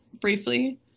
briefly